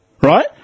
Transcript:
right